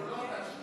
אני צריך לפנות?